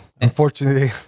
unfortunately